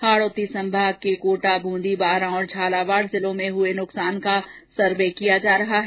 हाडौती संभाग के कोटा ब्रंदी बारां तथा झालावाड़ जिलों में हुए नुकसान का सर्वे किया जा रहा है